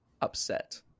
upset